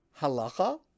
halacha